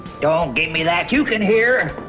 don't give me that. you can hear.